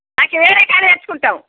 నాకు వేరే కాడ తెచ్చుకుంటాం